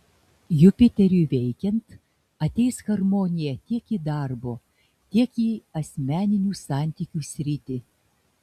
jupiteriui veikiant ateis harmonija tiek į darbo tiek į asmeninių santykių sritį